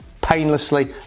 painlessly